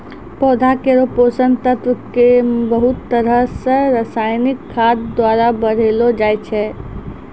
पौधा केरो पोषक तत्व क बहुत तरह सें रासायनिक खाद द्वारा बढ़ैलो जाय छै